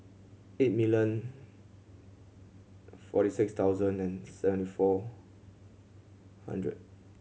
eight million forty six thousand and seventy four hundred